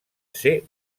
ser